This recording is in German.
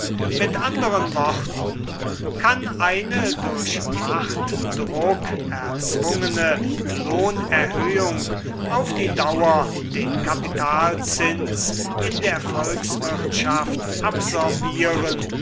mit anderen worten kann eine durch machtdruck erzwungene lohnerhöhung auf die dauer den kapitalzins in der volkswirtschaft absorbieren